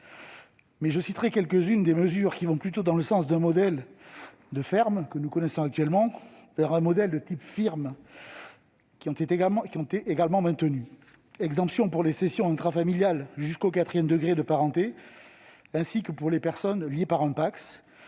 l'article 5. Quelques-unes des mesures allant dans le sens d'un modèle de ferme que nous connaissons actuellement vers un modèle de type « firme » ont également été maintenues : exemptions pour les cessions intrafamiliales jusqu'au quatrième degré de parenté, ainsi que pour les personnes liées par un